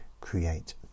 create